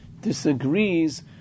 disagrees